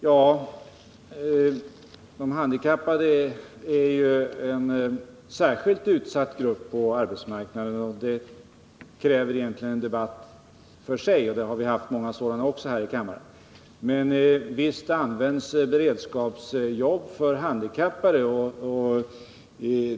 Ja, de handikappade är ju en särskilt utsatt grupp på arbetsmarknaden och det kräver egentligen en debatt för sig, och vi har haft många sådana också här i kammaren. Men visst används beredskapsjobben för handikappade.